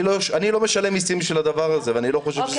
אני לא משלם מסים בשביל הדבר הזה ואני לא חושב שזה נכון.